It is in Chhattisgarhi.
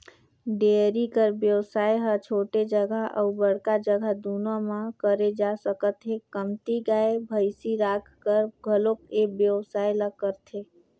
डेयरी कर बेवसाय ह छोटे जघा अउ बड़का जघा दूनो म करे जा सकत हे, कमती गाय, भइसी राखकर घलोक ए बेवसाय ल करथे